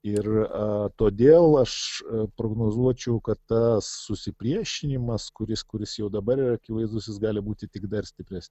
ir todėl aš prognozuočiau kad tas susipriešinimas kuris kuris jau dabar yra akivaizdus gali būti tik dar stipresni